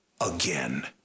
again